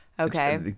Okay